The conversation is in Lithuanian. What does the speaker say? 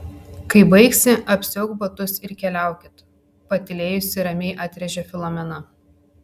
kai baigsi apsiauk batus ir keliaukit patylėjusi ramiai atrėžė filomena